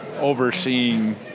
overseeing